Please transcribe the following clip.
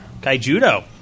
Kaijudo